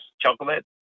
chocolate